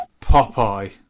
Popeye